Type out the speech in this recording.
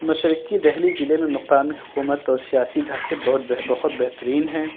مشرکی دہلی ضلعے میں مقامی حکومت اور سیاسی ڈھانچے بہت بہت بہترین ہیں